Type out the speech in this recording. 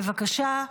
בבקשה,